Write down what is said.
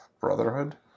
brotherhood